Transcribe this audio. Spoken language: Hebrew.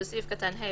בסעיף קטן (ה),